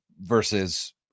versus